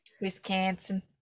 Wisconsin